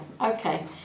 okay